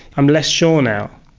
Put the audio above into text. i'm less sure now.